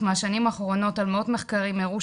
מהשנים האחרונות מראות על מאות מחקרים הראו,